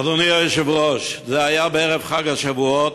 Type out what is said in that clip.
אדוני היושב-ראש, זה היה בערב חג השבועות.